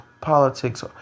politics